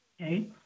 Okay